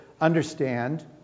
understand